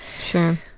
sure